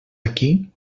aquí